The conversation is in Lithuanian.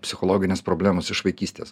psichologinės problemos iš vaikystės